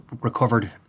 recovered